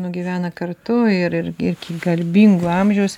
nugyvena kartu ir irgi garbingo amžiaus